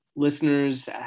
listeners